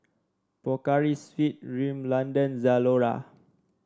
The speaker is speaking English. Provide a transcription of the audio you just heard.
Pocari Sweat Rimmel London Zalora